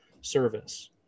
service